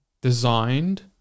designed